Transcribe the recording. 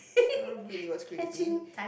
I really was crazy